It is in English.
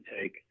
take